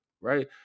Right